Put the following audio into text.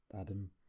Adam